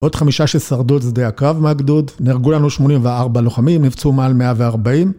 עוד חמישה ששרדו את שדה הקרב מהגדוד, נהרגו לנו 84 לוחמים, נפצעו מעל 140.